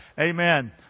Amen